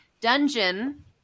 dungeon